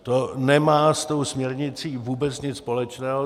To nemá s tou směrnicí vůbec nic společného.